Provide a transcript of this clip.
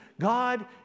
God